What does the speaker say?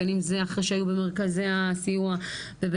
בין אם זה אחרי שהיו במרכזי הסיוע ובין